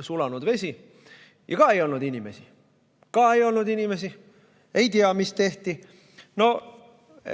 sulanud vesi. Ja ka ei olnud inimesi. Ka ei olnud inimesi! Ei tea, mis tehti.